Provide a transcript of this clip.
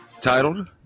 titled